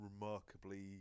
remarkably